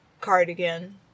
cardigan